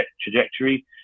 trajectory